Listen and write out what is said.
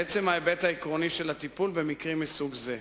לעצם ההיבט העקרוני של הטיפול במקרים מסוג זה: